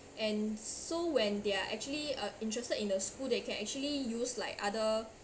and so when they're actually uh interested in the school they can actually use like other